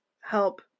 help